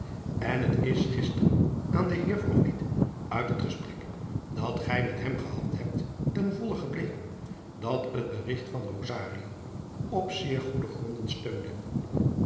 en het is gisteren aan den eer uit het gesprek dat gij met hem gehad hebt ten volle gebleken dat het berigt van op zeer goede gronden steunde